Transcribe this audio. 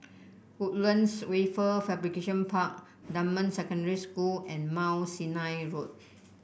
Woodlands Wafer Fabrication Park Dunman Secondary School and Mount Sinai Road